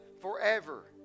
forever